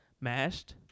Mashed